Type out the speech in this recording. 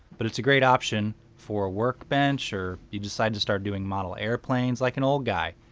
but it's a great option for a work bench or you decide to start doing model airplanes like an old guy.